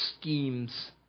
schemes